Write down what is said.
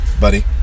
Buddy